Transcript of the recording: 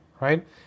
right